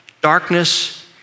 darkness